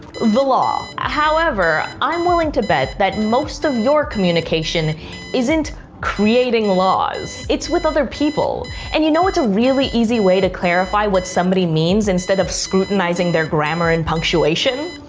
the law. however, i'm willing to bet, that most of your communication isn't creating laws. it's with other people. and you know what a really easy way to clarify what somebody means instead of scrutinizing their grammar and punctuation?